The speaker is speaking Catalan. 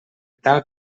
tal